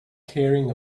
carrying